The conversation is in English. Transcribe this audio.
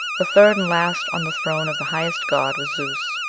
the third and last on the throne of the highest god was zeus.